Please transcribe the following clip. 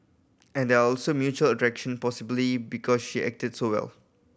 and there also mutual attraction possibly because she acted so well